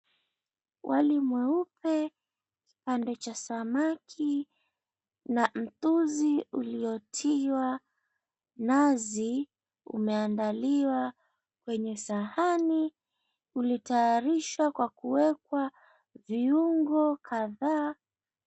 Wali mweupe, pande cha samaki na mchuuzi uliotiwa nazi umeandaliwa kwenye sahani ulitayarishwa kwa kuwekwa viungo kadhaa.